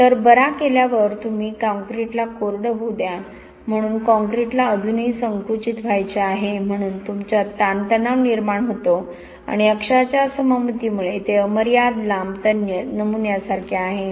तर बरा केल्यावर तुम्ही कॉंक्रिटला कोरडे होऊ द्या म्हणून कॉंक्रिटला अजूनही संकुचित व्हायचे आहे म्हणून तुमच्यात ताणतणाव निर्माण होतो आणि अक्षाच्या सममितीमुळे ते अमर्याद लांब तन्य नमुन्यासारखे आहे